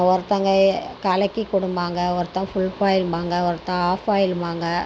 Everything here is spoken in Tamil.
ஒருத்தவங்க கலக்கி கொடும்பாங்க ஒருத்தவங்க ஃபுல் பாய்ல்ம்பாங்க ஒருத்த ஆஃப் ஃபாய்ல்ம்பாங்க